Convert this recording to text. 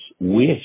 wish